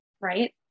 right